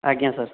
ଆଜ୍ଞା ସାର୍